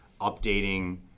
updating